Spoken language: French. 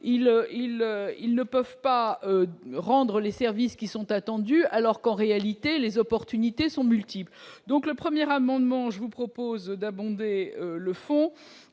ils ne peuvent pas rendre les services qui sont attendus, alors qu'en réalité, les opportunités sont multiples, donc le 1er amendement, je vous propose d'abonder le fonds